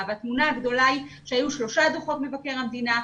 והתמונה הגדולה היא שהיו שלושה דוחות מבקר המדינה,